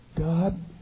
God